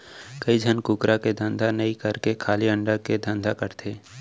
कइ झन कुकरा के धंधा नई करके खाली अंडा के धंधा करथे